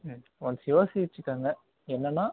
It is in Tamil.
ம் ஒன்ஸ் யோசியிச்சுக்கங்க என்னன்னா